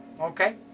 Okay